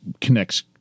connects